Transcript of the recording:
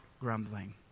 grumbling